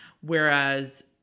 Whereas